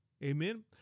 Amen